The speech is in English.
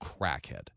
crackhead